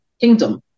kingdom